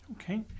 Okay